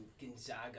Gonzaga